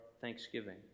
thanksgiving